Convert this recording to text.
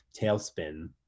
tailspin